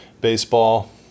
baseball